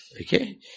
Okay